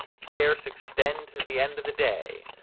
scarce extend to the end of the day.